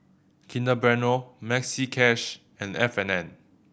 Kinder Bueno Maxi Cash and F and N